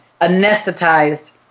anesthetized